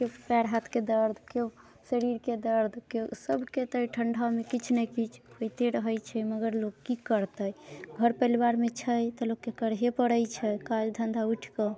केओ पयर हाथके दर्द केओ शरीरके दर्द केओ सबके तऽ अइ ठण्डामे किछु ने किछु होइते रहै छै मगर लोक की करतै घर परिवारमे छै तऽ लोकके करहे पड़ै छै काज धन्धा उठिके